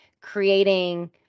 creating